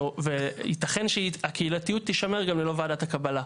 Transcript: ויתכן שהקהילתיות תישמר גם ללא ועדת הקבלה.